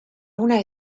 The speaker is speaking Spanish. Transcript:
una